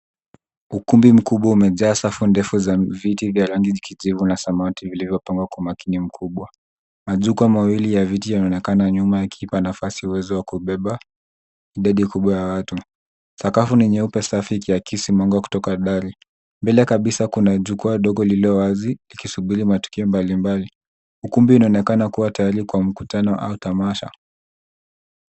Ukumbi mkubwa umejaa safu ndefu za viti vya rangi ya kijivu na samawati vilivyopangwa kwa makini mkubwa. Majukwaa mawili ya viti yanaonekana nyuma yakiipa nafasi uwezo wa kubeba idadi kubwa ya watu. Sakafu ni nyeupe safi ikiakisi mwanga wa kutoka dari. Mbele kabisa kuna jukwaa dogo lililo wazi likisubiri matukio mbalimbali. Ukumbi unaonekana kuwa tayari kwa mkutano au tamasha.